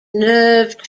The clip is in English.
nerve